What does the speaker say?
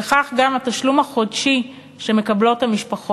וכך גם התשלום החודשי שהמשפחות מקבלות.